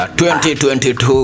2022